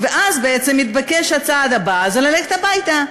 ואז בעצם מתבקש הצעד הבא, שזה ללכת הביתה.